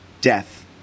death